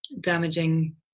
damaging